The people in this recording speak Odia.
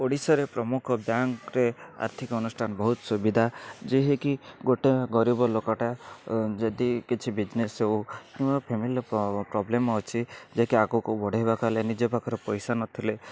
ଓଡ଼ିଶାରେ ପ୍ରମୁଖ ବ୍ୟାଙ୍କରେ ଆର୍ଥିକ ଅନୁଷ୍ଠାନ ବହୁତ ସୁବିଧା ଯିହେକି ଗୋଟେ ଗରିବ ଲୋକଟା ଯଦି କିଛି ବିଜନେସ୍ ହଉ କିମ୍ବା ଫାମିଲି ରେ ପ୍ରୋବ୍ଲେମ ଅଛି ଯେ କି ଆଗକୁ ବଢ଼ାଇବାକୁ ହେଲେ ନିଜ ପାଖରେ ପଇସା ନଥିଲେ